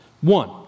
One